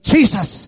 Jesus